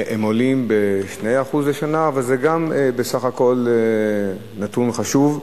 הם עולים ב-2% לשנה, וגם זה בסך הכול נתון חשוב.